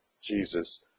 Jesus